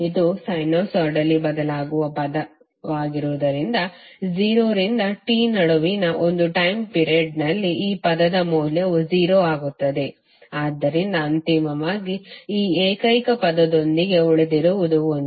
ಇದು ಸೈನುಸೈಡಲಿ ಬದಲಾಗುವ ಪದವಾಗಿರುವುದರಿಂದ 0 ರಿಂದ T ನಡುವಿನ ಒಂದು ಟಯ್ಮ್ ಪಿರಡ್ನಲ್ಲಿ ಈ ಪದದ ಮೌಲ್ಯವು 0 ಆಗುತ್ತದೆ ಆದ್ದರಿಂದ ಅಂತಿಮವಾಗಿ ಈ ಏಕೈಕ ಪದದೊಂದಿಗೆ ಉಳಿದಿರುವುದು 1